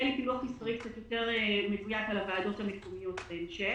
יהיה לי פילוח מספרי קצת יותר מדויק על הוועדות המקומיות בהמשך.